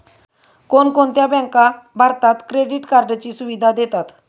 कोणकोणत्या बँका भारतात क्रेडिट कार्डची सुविधा देतात?